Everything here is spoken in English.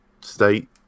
state